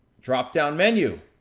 dropdown menu.